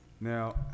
Now